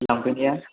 लांफैनाया